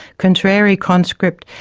contrary conscript,